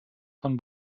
von